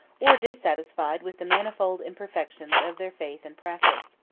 or dissatisfied with the manifold imperfections of their faith and practice.